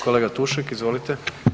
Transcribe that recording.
Kolega Tušek, izvolite.